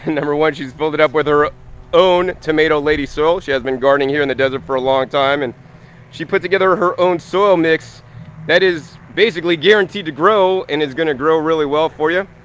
number one, she's filled it up with her own tomato lady soil. she has been gardening here in the desert for a long time and she put together her own soil mix that is basically guaranteed to grow and is going to grow really well for ya.